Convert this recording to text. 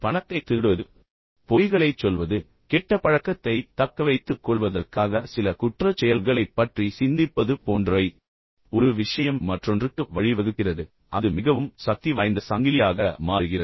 பணத்தைத் திருடுவது பொய்களைச் சொல்வது கெட்ட பழக்கத்தைத் தக்கவைத்துக்கொள்வதற்காக சில குற்றச் செயல்களைப் பற்றி சிந்திப்பது போன்றவை எனவே ஒரு விஷயம் மற்றொன்றுக்கு வழிவகுக்கிறது பின்னர் அது மிகவும் சக்திவாய்ந்த சங்கிலியாக மாறுகிறது